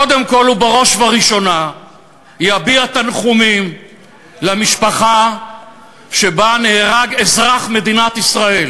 קודם כול ובראש ובראשונה יביע תנחומים למשפחה שבה נהרג אזרח מדינת ישראל